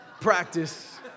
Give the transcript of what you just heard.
Practice